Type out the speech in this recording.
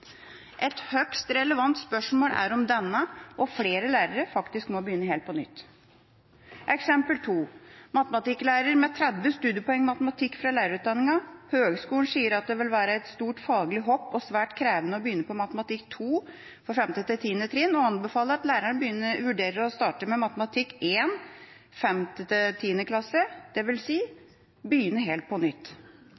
Et høyst relevant spørsmål er om denne og flere lærere faktisk må begynne helt på nytt. Eksempel nr. 2: En matematikklærer med 30 studiepoeng matematikk fra lærerutdanningen. Høgskolen sier at det vil være et stort faglig hopp og svært krevende å begynne på matematikk 2 for 5.–10. trinn og anbefaler at læreren vurderer å starte med matematikk 1 for 5.–10. trinn, dvs. begynne helt på nytt. Det betyr faktisk en